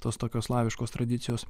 tos tokios slaviškos tradicijos